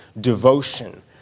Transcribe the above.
devotion